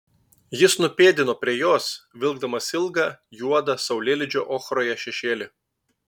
jis nupėdino prie jos vilkdamas ilgą juodą saulėlydžio ochroje šešėlį